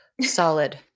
Solid